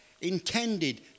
intended